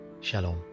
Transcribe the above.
Shalom